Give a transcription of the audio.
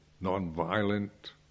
non-violent